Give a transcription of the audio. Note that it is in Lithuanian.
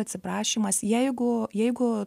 atsiprašymas jeigu jeigu